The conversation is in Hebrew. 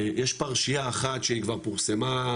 יש פרשייה אחת שהיא כבר פורסמה,